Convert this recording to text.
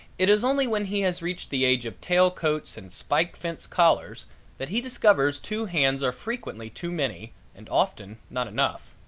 it is only when he has reached the age of tail coats and spike-fence collars that he discovers two hands are frequently too many and often not enough.